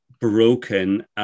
broken